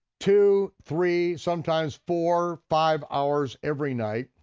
two, three, sometimes four, five hours every night.